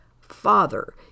Father